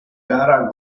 gara